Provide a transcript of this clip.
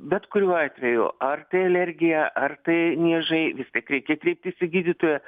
bet kuriuo atveju ar tai alergija ar tai niežai vis tiek reikia kreiptis į gydytoją